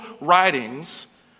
writings